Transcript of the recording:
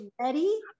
ready